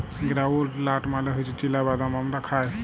গেরাউলড লাট মালে হছে চিলা বাদাম আমরা খায়